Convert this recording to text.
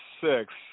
six